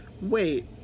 wait